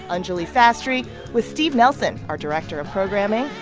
anjuli sastry with steve nelson, our director of programming.